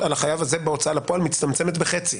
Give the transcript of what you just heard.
על החייב הזה בהוצאה לפועל מצטמצמת בחצי,